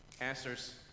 Answers